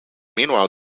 meanwhile